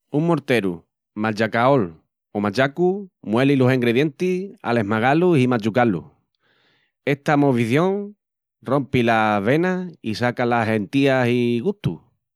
Un morteru, machacaol o machacu mueli los engrendientis al esmagá-lus i machucá-lus. Esta movición rompi las venas i saca las hentias i gustus.